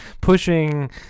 pushing